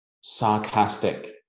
sarcastic